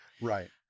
Right